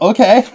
Okay